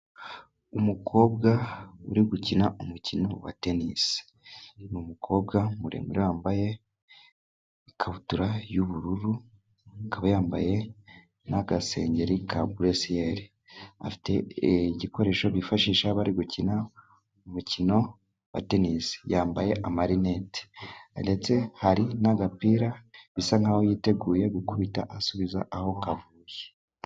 Umukobwa uri gukina umukino wa tenisi. Ni umukobwa muremure wambaye ikabutura y'ubururu akaba yambaye n'agasengeri ka buresiyeri. Afite igikoresho bifashisha bari gukina umukino wa tenisi. Yambaye amarinete ndetse hari n'agapira bisa nkaho yiteguye gukubita, asubiza aho kavuye.